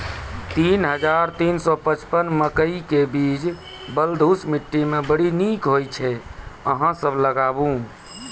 तीन हज़ार तीन सौ पचपन मकई के बीज बलधुस मिट्टी मे बड़ी निक होई छै अहाँ सब लगाबु?